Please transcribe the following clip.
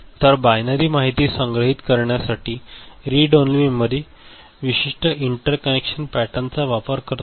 तर बायनरी माहिती संग्रहित करण्यासाठी रीड ओन्ली मेमरी विशिष्ट इंटरकनेक्शन पॅटर्न चा वापर करतो